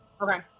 Okay